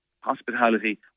hospitality